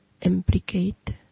Implicate